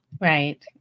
Right